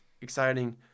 exciting